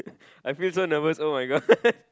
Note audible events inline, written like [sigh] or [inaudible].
I feel so nervous [oh]-my-god [laughs]